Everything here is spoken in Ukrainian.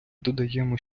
додаємо